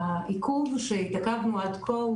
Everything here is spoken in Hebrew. העיכוב שהתעכבנו עד כה,